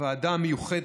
הוועדה המיוחדת,